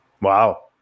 Wow